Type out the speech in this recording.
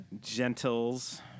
gentles